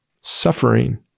suffering